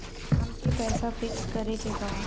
अमके पैसा फिक्स करे के बा?